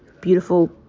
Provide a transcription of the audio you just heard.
beautiful